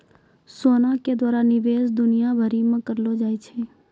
सोना के द्वारा निवेश दुनिया भरि मे करलो जाय छै